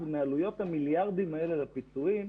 מעלויות המיליארדים האלה לפיצויים?